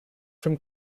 from